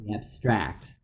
abstract